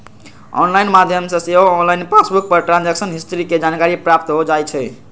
online माध्यम से सेहो ऑनलाइन पासबुक पर ट्रांजैक्शन हिस्ट्री के जानकारी प्राप्त हो जाइ छइ